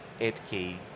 8K